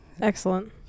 Excellent